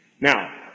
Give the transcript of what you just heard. Now